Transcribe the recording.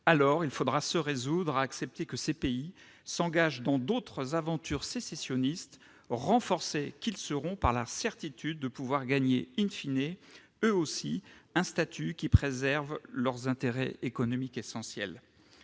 alors il faudra se résoudre à accepter que ces pays s'engagent dans d'autres aventures sécessionnistes, renforcés qu'ils seront par la certitude de pouvoir gagner,, eux aussi, un statut qui préserve leurs intérêts économiques essentiels.